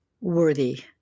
worthy